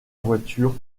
voiture